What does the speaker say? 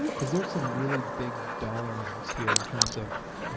um because there are some really big dollar amount here in terms of,